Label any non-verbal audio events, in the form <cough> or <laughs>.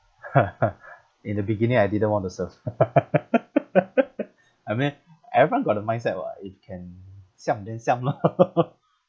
<laughs> in the beginning I didn't want to serve <laughs> I mean everyone got the mindset [what] if can siam then siam lah <laughs>